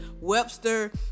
Webster